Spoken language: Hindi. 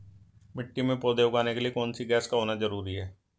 मिट्टी में पौधे उगाने के लिए कौन सी गैस का होना जरूरी है?